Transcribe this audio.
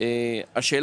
השר